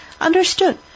understood